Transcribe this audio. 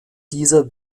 dieser